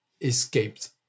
escaped